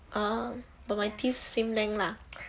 oh when my teeth same length lah